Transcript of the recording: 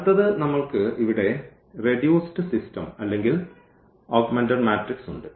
അടുത്തത് നമ്മൾക്ക് ഇവിടെ റെഡ്യൂസ്ഡ് സിസ്റ്റം അല്ലെങ്കിൽ ഓഗ്മെന്റഡ് മാട്രിക്സ് ഉണ്ട്